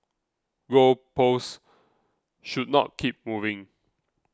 goal posts should not keep moving